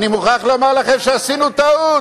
אני מוכרח לומר לכם שעשינו טעות,